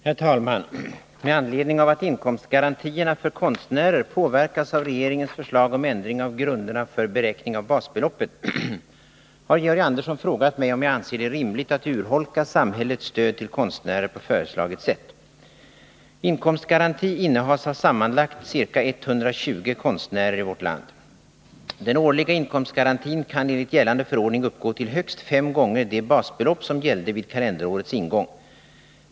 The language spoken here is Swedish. Herr talman! Med anledning av att inkomstgarantierna för konstnärer påverkas av regeringens förslag om ändring av grunderna för beräkning av basbeloppet, har Georg Andersson frågat mig om jag anser det rimligt att urholka samhällets stöd till konstnärer på föreslaget sätt. Inkomstgaranti innehas av sammanlagt ca 120 konstnärer i vårt land. Den årliga inkomstgarantin kan enligt gällande förordning uppgå till högst fem gånger det basbelopp som gällde vid kalenderårets ingång.